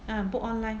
ah book online